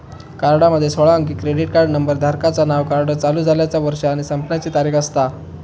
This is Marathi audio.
कार्डामध्ये सोळा अंकी क्रेडिट कार्ड नंबर, धारकाचा नाव, कार्ड चालू झाल्याचा वर्ष आणि संपण्याची तारीख असता